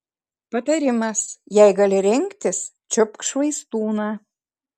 patarimas jei gali rinktis čiupk švaistūną